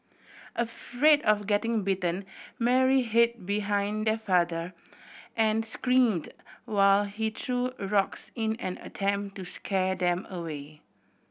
afraid of getting bitten Mary hid behind her father and screamed while he threw a rocks in an attempt to scare them away